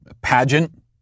pageant